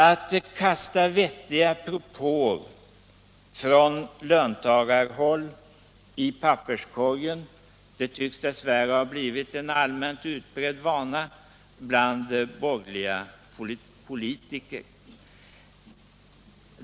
Att kasta vettiga propåer från löntagarhåll i papperskorgen tycks dess värre ha blivit en allmänt utbredd vana bland borgerliga politiker.